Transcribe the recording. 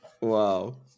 Wow